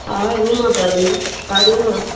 हा रूम बि आहिनि हा रूम